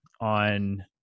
on